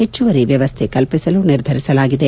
ಹೆಚ್ಚುವರಿ ವ್ಯವಸ್ಥೆ ಕಲ್ಪಿಸಲು ನಿರ್ಧರಿಸಲಾಗಿದೆ